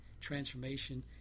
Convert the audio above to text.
transformation